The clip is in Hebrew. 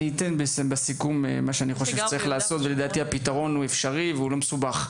אני אציע איזה שהוא פתרון שהוא לדעתי אפשרי וגם לא מסובך.